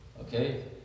Okay